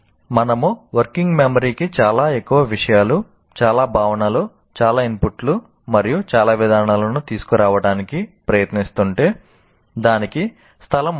మనము working memory కి చాలా ఎక్కువ విషయాలు చాలా భావనలు చాలా ఇన్పుట్లు మరియు చాలా విధానాలను తీసుకురావడానికి ప్రయత్నిస్తుంటే దానికి స్థలం ఉండదు